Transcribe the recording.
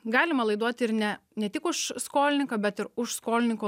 galima laiduoti ir ne ne tik už skolininką bet ir už skolininko